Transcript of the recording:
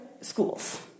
schools